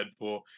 Deadpool